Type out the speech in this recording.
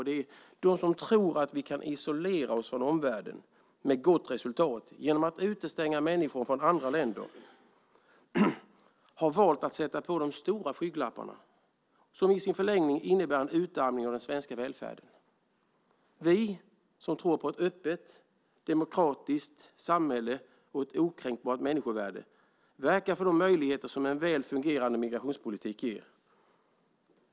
De som tror att vi kan isolera oss från omvärlden med gott resultat genom att utestänga människor från andra länder har valt att sätta på sig de stora skygglapparna, som i sin förlängning innebär en utarmning av den svenska välfärden. Vi som tror på ett öppet demokratiskt samhälle och ett okränkbart människovärde verkar för de möjligheter som en väl fungerande migrationspolitik ger.